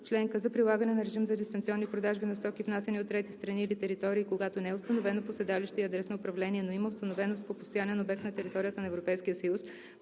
членка за прилагане на режим за дистанционни продажби на стоки, внасяни от трети страни или територии, когато не е установено по седалище и адрес на управление, но има установеност по постоянен обект на територията на Европейския съюз,